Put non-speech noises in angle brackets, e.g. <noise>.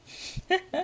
<laughs>